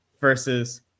versus